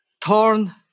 torn